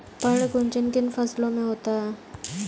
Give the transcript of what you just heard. पर्ण कुंचन किन फसलों में होता है?